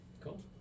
cool